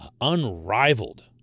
unrivaled